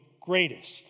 greatest